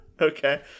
Okay